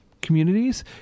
communities